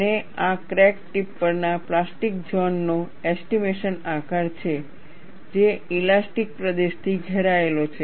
અને આ crack tip પરના પ્લાસ્ટિક ઝોન નો એસ્ટીમેશન આકાર છે જે ઇલાસ્ટીક પ્રદેશથી ઘેરાયેલો છે